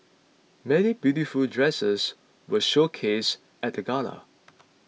many beautiful dresses were showcased at the gala